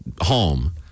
home